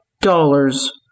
dollars